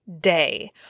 day